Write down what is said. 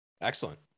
Excellent